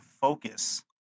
focus